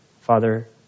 Father